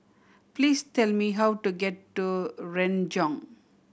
please tell me how to get to Renjong